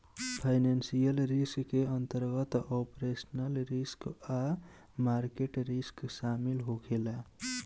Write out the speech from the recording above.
financial risk के अंतर्गत operational risk आ मार्केट रिस्क शामिल होखे ला